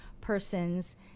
persons